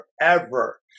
forever